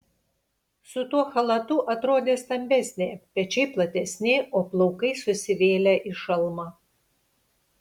su tuo chalatu atrodė stambesnė pečiai platesni o plaukai susivėlę į šalmą